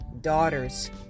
daughters